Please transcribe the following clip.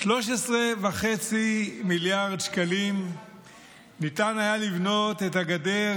ב-13.5 מיליארד שקלים ניתן היה לבנות את גדר